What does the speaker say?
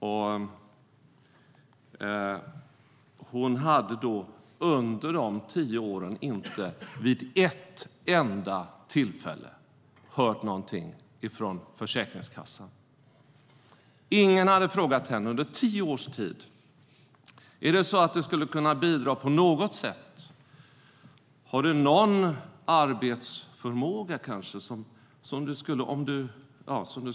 Under dessa tio år hade hon inte vid ett enda tillfälle hört något från Försäkringskassan. Under tio års tid hade ingen frågat: Skulle du kunna bidra på något sätt? Har du någon arbetsförmåga som du skulle kunna bidra med?